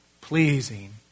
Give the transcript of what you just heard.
pleasing